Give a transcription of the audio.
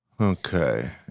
Okay